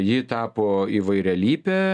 ji tapo įvairialypė